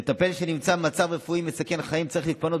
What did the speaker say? מטופל שנמצא במצב רפואי מסכן חיים צריך להתפנות